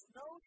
no